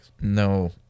No